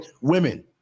women